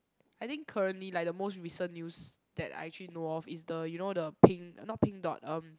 I think currently like the most recent news that I actually know of is the you know the pink not pink dot um